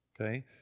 okay